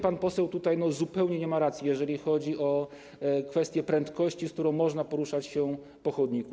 Pan poseł zupełnie nie ma racji, jeżeli chodzi o kwestię prędkości, z jaką można poruszać się po chodniku.